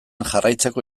jarraitzeko